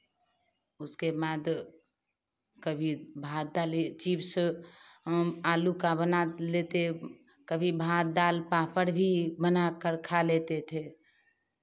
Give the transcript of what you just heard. उसके बाद कभी भात दाल चिप्स आलू का बना लेते कभी भात दाल पापड़ भी बना कर खा लेते थे